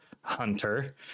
hunter